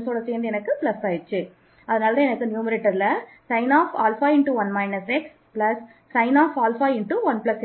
மற்றவற்றில்